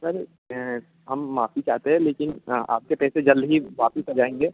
sir हम माफ़ी चाहते है लेकिन आपके पैसे जल्द ही वापस आ जाएँगे